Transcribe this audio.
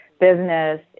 business